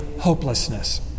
hopelessness